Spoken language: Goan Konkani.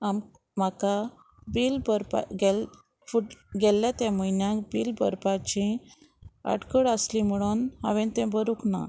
आम म्हाका बील भरपा गेल् फुट गेल्ल्या त्या म्हयन्याक बील भरपाची आडखळ आसली म्हणून हांवें तें भरूंक ना